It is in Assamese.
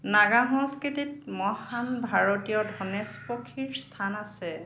নাগা সংস্কৃতিত মহান ভাৰতীয় ধনেশ পক্ষীৰ স্থান আছে